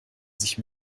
sich